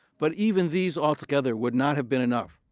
but even these all together would not have been enough.